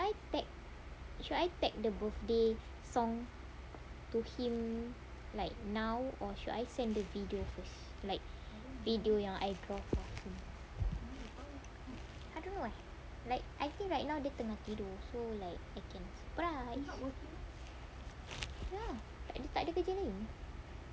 should I tag should I tag the birthday song to him like now or should I send the video first like video yang I draw for him I don't know eh like I think like right now dia tengah tidur so like I can surprise ya tak ada kerja lain